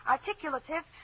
Articulative